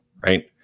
right